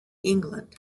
england